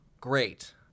great